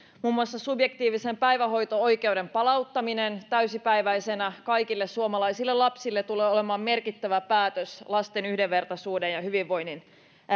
muun muassa subjektiivisen päivähoito oikeuden palauttaminen täysipäiväisenä kaikille suomalaisille lapsille tulee olemaan merkittävä päätös lasten yhdenvertaisuuden ja hyvinvoinnin